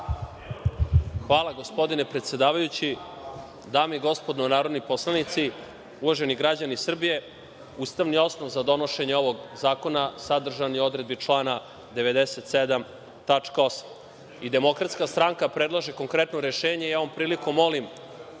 Hvala gospodine predsedavajući. Dame i gospodo narodni poslanici, uvaženi građani Srbije, ustavni osnov za donošenje ovog Zakona sadržan je u odredbi člana 97 tačka 8 i DS predlaže konkretno rešenje i ovom prilikom molim